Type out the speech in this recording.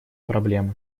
проблемы